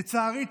לצערי,